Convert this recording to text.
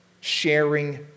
Sharing